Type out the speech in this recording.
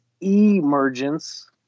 Emergence